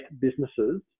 businesses